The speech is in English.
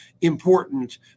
important